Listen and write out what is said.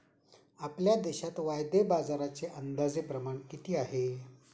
आपल्या देशात वायदे बाजाराचे अंदाजे प्रमाण किती आहे?